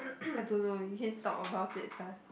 I don't know you can talk about it first